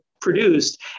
produced